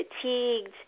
fatigued